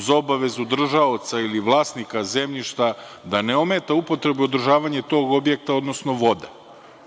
uz obavezu držaoca ili vlasnika zemljišta, da ne ometa upotrebu i održavanje tog objekta, odnosno voda.